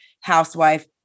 Housewife